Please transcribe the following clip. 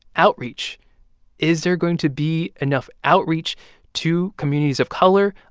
outreach is there going to be enough outreach to communities of color,